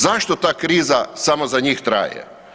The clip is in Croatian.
Zašto ta kriza samo za njih traje?